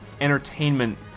entertainment